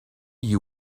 you